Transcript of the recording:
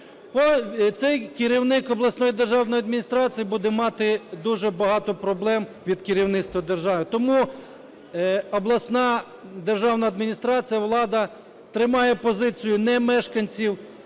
цей керівник обласної державної адміністрації буде мати дуже багато проблем від керівництва держави. Тому обласна державна адміністрація, влада тримає позицію не мешканців,